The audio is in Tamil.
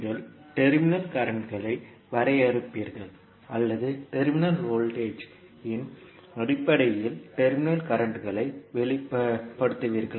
நீங்கள் டெர்மினல் கரண்ட்களை வரையறுப்பீர்கள் அல்லது டெர்மினல் வோல்டேஜ் இன் அடிப்படையில் டெர்மினல் கரண்ட்களை வெளிப்படுத்துவீர்கள்